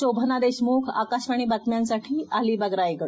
शोभना देशमुख आकाशवाणी बातम्यांसाठी अलिबाग रायगड